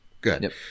Good